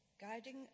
guiding